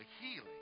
healing